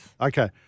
Okay